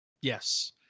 Yes